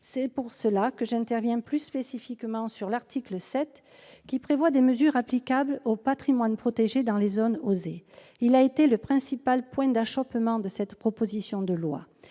C'est pour cela que j'interviens plus spécifiquement sur l'article 7, qui prévoit des mesures applicables au patrimoine protégé dans les zones OSER. Il a été le principal point d'achoppement de cette proposition de loi.